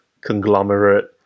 conglomerate